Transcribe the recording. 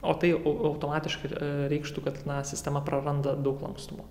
o tai automatiškai reikštų kad na sistema praranda daug lankstumo